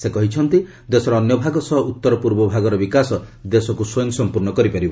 ସେ କହିଛନ୍ତି ଦେଶର ଅନ୍ୟ ଭାଗ ସହ ଉତ୍ତର ପୂର୍ବ ଭାଗର ବିକାଶ ଦେଶକୁ ସ୍ୱୟଂସମ୍ପର୍ଣ୍ଣ କରିପାରିବ